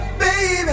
baby